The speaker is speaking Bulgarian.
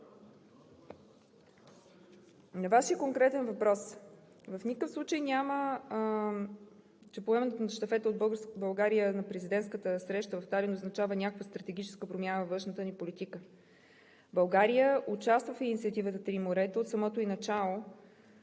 На Вашия конкретен въпрос: в никакъв случай след поемането на щафетата от България на президентската среща в Талин не означава някаква стратегическа промяна във външната ни политика. България участва в инициативата „Три морета“ от самото ѝ начало,